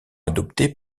adopté